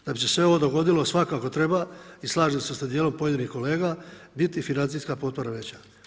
Da bi se sve ovo dogodilo, svakako treba i slažem se sa dijelom pojedinih kolega biti financijska potpora veća.